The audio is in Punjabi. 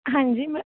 ਹਾਂਜੀ